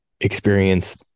experience